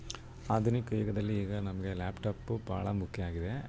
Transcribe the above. ಆಧುನಿಕ ಯುಗದಲ್ಲಿ ಈಗ ನಮಗೆ ಲ್ಯಾಪ್ಟಪ್ಪು ಭಾಳ ಮುಖ್ಯ ಆಗಿವೆ